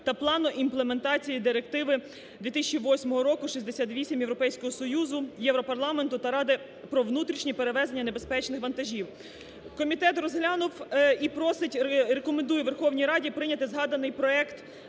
та плану імплементації Директиви 2008 року 68 Європейського Союзу, Європарламенту та Ради про внутрішні перевезення небезпечних вантажів. Комітет розглянув і просить рекомендує Верховній Раді прийняти згаданий проект